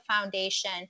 foundation